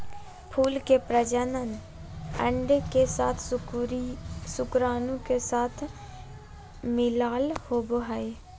फूल के प्रजनन अंडे के साथ शुक्राणु के साथ मिलला होबो हइ